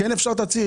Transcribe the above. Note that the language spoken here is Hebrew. כן אפשר תצהיר,